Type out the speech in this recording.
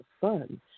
fun